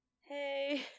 hey